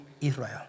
Israel